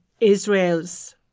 Israel's